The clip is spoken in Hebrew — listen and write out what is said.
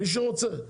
מי שרוצה.